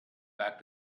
back